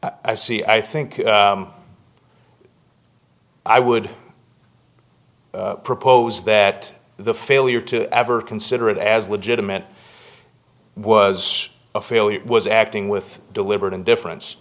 i see i think i would propose that the failure to ever consider it as legitimate was a failure was acting with deliberate indifference